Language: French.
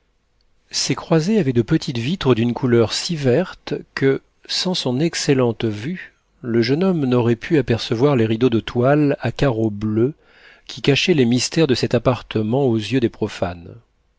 ces croisées avaient de petites vitres d'une couleur si verte que sans son excellente vue le jeune homme n'aurait pu apercevoir les rideaux de toile à carreaux bleus qui cachaient les mystères de cet appartement aux yeux des profanes